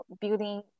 building